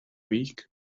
week